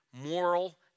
moral